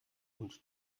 und